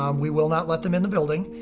um we will not let them in the building.